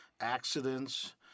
accidents